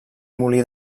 molí